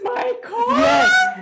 Yes